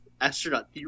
astronaut